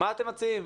מה אתם מציעים.